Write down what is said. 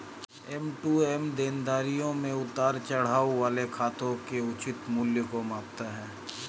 M to M देनदारियों में उतार चढ़ाव वाले खातों के उचित मूल्य को मापता है